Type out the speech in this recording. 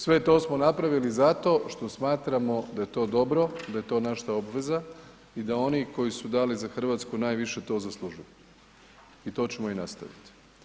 Sve to smo napravili zato što smatramo da je to dobro, da je to naša obveza i da oni koji su dali za RH najviše to zaslužuju i to ćemo i nastavit.